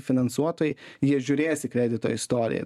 finansuotojai jie žiūrės į kredito istoriją